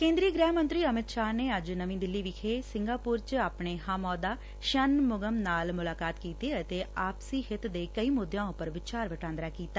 ਕੇ ਂਦਰੀ ਗੁਹਿ ਮੰਤਰੀ ਅਮਿਤ ਸ਼ਾਹ ਨੇ ਅੱਜ ਨਵੀਂ ਦਿੱਲੀ ਵਿਖੇ ਸਿੰਘਾਪੁਰ ਚ ਆਪਣੇ ਹਮ ਅਹੁੱਦਾ ਸ਼ਨ ਮੁਗਮ ਨਾਲ ਮੁਲਾਕਾਤ ਕੀਤੀ ਅਤੇ ਆਪਸੀ ਹਿੱਤ ਦੇ ਕਈ ਮੁਦਿਆਂ ਉਪਰ ਵਿਚਾਰ ਵਟਾਂਦਰਾ ਕੀਤਾ